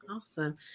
Awesome